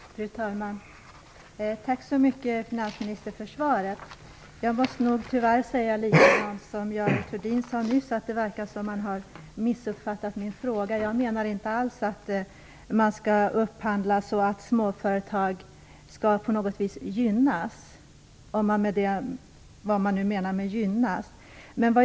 Fru talman! Tack så mycket, finansministern, för svaret! Tyvärr måste jag nog säga detsamma som Görel Thurdin sade nyss. Det verkar som om han har missuppfattat min fråga. Jag menar inte alls att man skall upphandla så att småföretag på något viss gynnas - vad man nu menar med gynnas.